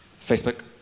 Facebook